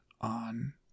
on